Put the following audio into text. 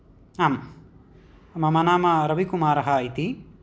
आं मम नाम रविकुमारः इति